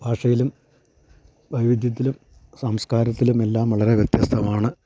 ഭാഷയിലും വൈവിധ്യത്തിലും സംസ്കാരത്തിലും എല്ലാം വളരെ വ്യത്യസ്തമാണ്